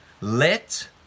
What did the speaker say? Let